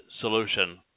solution